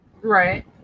right